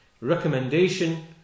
recommendation